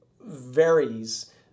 varies